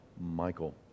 Michael